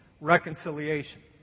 reconciliation